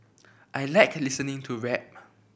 I like listening to rap